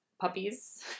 puppies